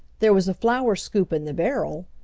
there was a flour scoop in the barrel,